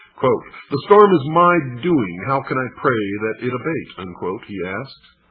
the storm is my doing how can i pray that it abate? and he asked.